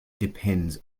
depends